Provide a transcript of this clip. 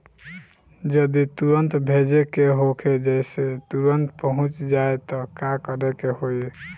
जदि तुरन्त भेजे के होखे जैसे तुरंत पहुँच जाए त का करे के होई?